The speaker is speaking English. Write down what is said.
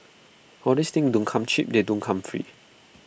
all these things don't come cheap they don't come free